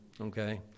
okay